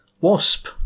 Wasp